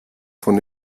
von